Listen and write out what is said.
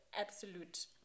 absolute